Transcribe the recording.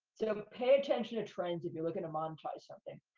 sort of pay attention to trends if you're looking to montage something.